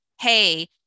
Hey